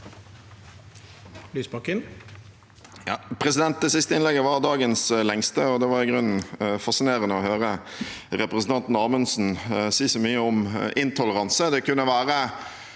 Det siste innleg- get var dagens lengste, og det var i grunn fascinerende å høre representanten Amundsen si så mye om intoleranse. Det kunne være